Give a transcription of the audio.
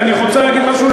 אני רוצה להגיד משהו,